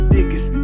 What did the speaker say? Niggas